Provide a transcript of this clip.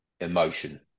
emotion